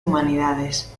humanidades